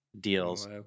deals